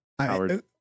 Howard